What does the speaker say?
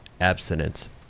abstinence